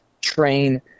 train